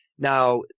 Now